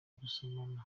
gusomana